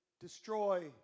destroy